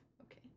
Okay